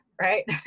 Right